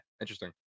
interesting